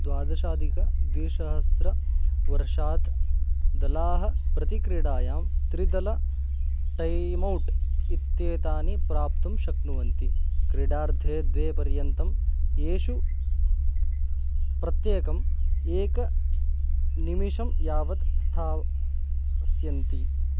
द्वादशादिकद्विशहस्रवर्षात् दलाः प्रतिक्रीडायां त्रिदलटैमौट् इत्येतानि प्राप्तुं शक्नुवन्ति क्रीडार्थे द्वे पर्यन्तं येषु प्रत्येकम् एकं निमिषं यावत् स्थास्यन्ति